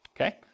okay